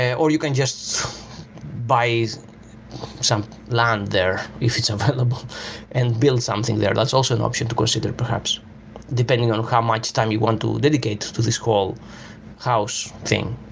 yeah or you can just buy some land there if it's available and build something that's also an option to consider perhaps depending on how much time you want to dedicate to this whole house thing,